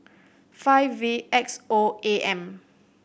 five V X O A M